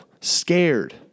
scared